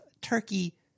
turkey –